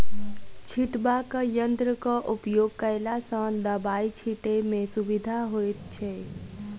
छिटबाक यंत्रक उपयोग कयला सॅ दबाई छिटै मे सुविधा होइत छै